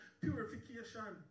purification